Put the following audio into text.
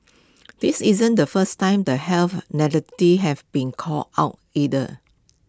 this isn't the first time the health narratives have been called out either